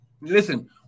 Listen